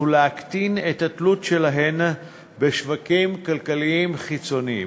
ולהקטין את התלות שלהן בשווקים כלכליים חיצוניים.